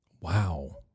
wow